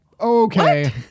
Okay